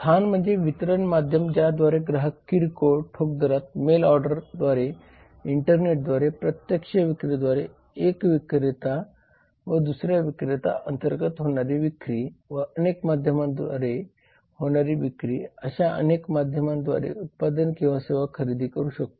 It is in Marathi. स्थान म्हणजे वितरण माध्यम ज्याद्वारे ग्राहक किरकोळ ठोक दरात मेल ऑर्डर द्वारे इंटरनेट द्वारे प्रत्यक्ष विक्री द्वारे एक विक्रेता व दुसऱ्या विक्रेता अंर्तगत होणारी विक्री व अनेक माध्यमा द्वारे होणारी विक्री अशा अनेक माध्यमा द्वारे उत्पादन किंवा सेवा खरेदी करू शकतो